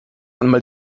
einmal